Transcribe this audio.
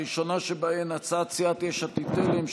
הראשונה שבהן היא הצעת סיעת יש עתיד-תל"ם,